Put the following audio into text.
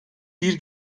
bir